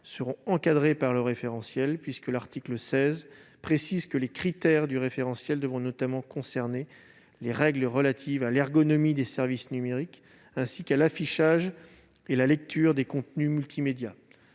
seront encadrés par le référentiel, puisque l'article 16 précise que les critères du référentiel devront notamment concerner « les règles relatives à l'ergonomie des services numériques, ainsi qu'à l'affichage et la lecture des contenus multimédias